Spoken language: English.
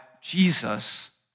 Jesus